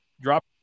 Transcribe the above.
drop